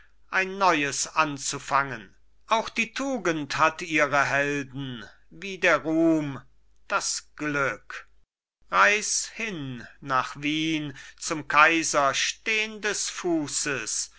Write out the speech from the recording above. ein neues anzufangen auch die tugend hat ihre helden wie der ruhm das glück reis hin nach wien zum kaiser stehndes fußes